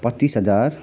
पच्चिस हजार